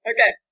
Okay